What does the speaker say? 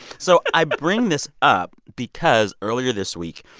so i bring this up because, earlier this week,